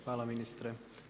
Hvala ministre.